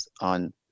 on